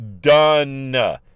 Done